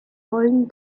wollen